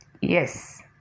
yes